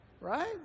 Right